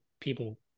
people